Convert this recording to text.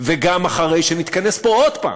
וגם אחרי שנתכנס פה עוד פעם,